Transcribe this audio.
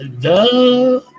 Duh